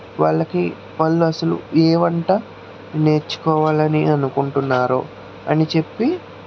వాళ్ళకి వాళ్ళు అసలు ఏ వంట నేర్చుకోవాలి అని అనుకుంటున్నారో అని చెప్పి